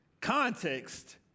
Context